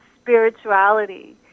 spirituality